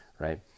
right